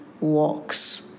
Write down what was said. walks